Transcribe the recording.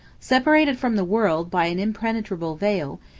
separated from the world by an impenetrable veil,